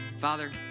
Father